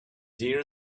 deer